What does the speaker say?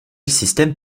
systèmes